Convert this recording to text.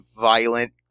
violent